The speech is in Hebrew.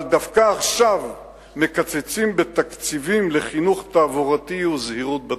אבל דווקא עכשיו מקצצים בתקציבים לחינוך תעבורתי וזהירות בדרכים.